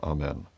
Amen